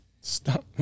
Stop